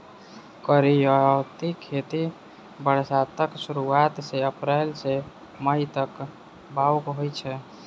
करियौती खेती बरसातक सुरुआत मे अप्रैल सँ मई तक बाउग होइ छै